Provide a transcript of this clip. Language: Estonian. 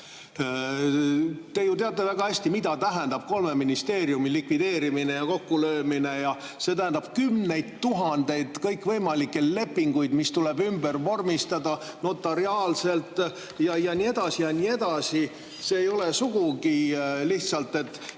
Te ju teate väga hästi, mida tähendab kolme ministeeriumi likvideerimine ja kokkulöömine. See tähendab kümneid tuhandeid kõikvõimalikke lepinguid, mis tuleb notariaalselt ümber vormistada, ja nii edasi ja nii edasi. See ei ole sugugi lihtsalt nii,